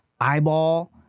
eyeball